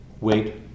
wait